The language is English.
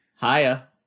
Hiya